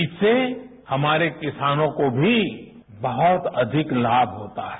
इससे हमारे किसानों को भी बहुत अधिक लाम होता है